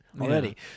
already